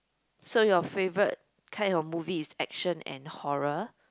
so your favorite kind of movie is action and horror